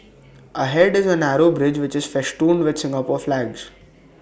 ahead is A narrow bridge which is festooned with Singapore flags